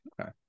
Okay